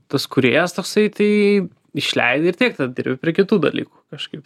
tas kūrėjas toksai tai išleidi ir tiek tada dirbti prie kitų dalykų kažkaip